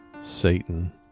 Satan